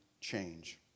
change